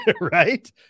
right